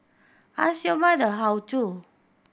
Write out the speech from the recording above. ask your mother how to